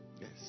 Yes